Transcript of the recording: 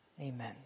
amen